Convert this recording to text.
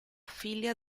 figlia